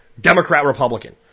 Democrat-Republican